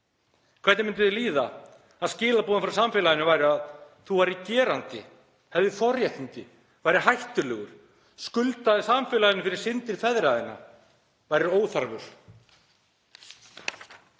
Hvernig myndi þér líða að skilaboðin frá samfélaginu væru að þú værir gerandi, hefðir forréttindi, værir hættulegur, skuldaðir samfélaginu fyrir syndir feðra þinna, værir óþarfur?